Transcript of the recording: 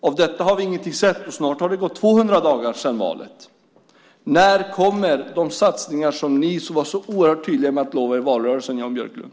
Av detta har vi ingenting sett, och snart har det gått 200 dagar sedan valet. När kommer de satsningar som ni var så oerhört tydliga med att lova i valrörelsen, Jan Björklund?